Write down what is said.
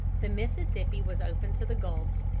the mississippi was open to the gulf,